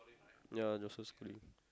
ya Joseph-Schooling